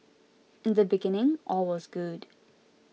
in the beginning all was good